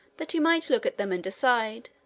that he might look at them and decide.